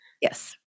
Yes